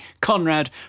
Conrad